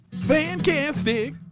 Fantastic